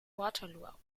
waterloo